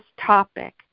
topic